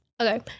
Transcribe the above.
Okay